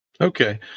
Okay